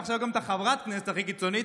ועכשיו גם את חברת הכנסת הכי קיצונית.